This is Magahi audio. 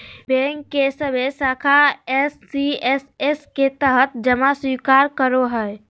बैंक के सभे शाखा एस.सी.एस.एस के तहत जमा स्वीकार करो हइ